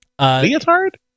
Leotard